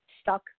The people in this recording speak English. stuck